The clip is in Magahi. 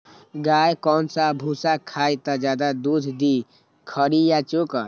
गाय कौन सा भूसा खाई त ज्यादा दूध दी खरी या चोकर?